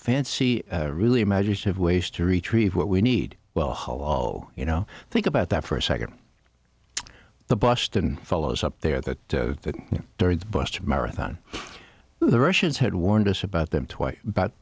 fancy really imaginative ways to retrieve what we need well hollo you know think about that for a second the boston fellows up there that during the boston marathon the russians had warned us about them twice but